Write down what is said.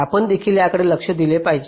आपण देखील त्याकडे लक्ष दिले पाहिजे